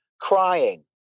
crying